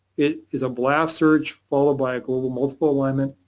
it is a blast search followed by a global multiple alignment.